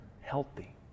healthy